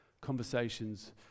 conversations